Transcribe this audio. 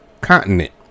continent